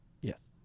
Yes